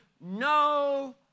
no